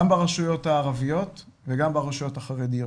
גם ברשויות הערביות וגם ברשויות החרדיות.